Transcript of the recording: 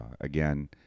again